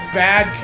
bad